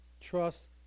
Trust